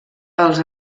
els